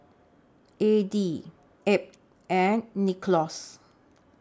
Addie Abb and Nicklaus